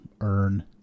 earn